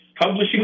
publishing